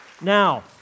Now